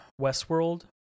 Westworld